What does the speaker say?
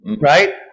Right